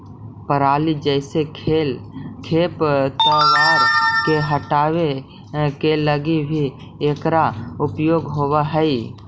पराली जईसे खेप तवार के हटावे के लगी भी इकरा उपयोग होवऽ हई